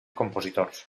compositors